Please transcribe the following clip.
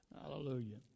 Hallelujah